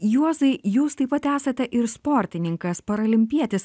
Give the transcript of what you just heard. juozai jūs taip pat esate ir sportininkas paralimpietis